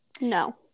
no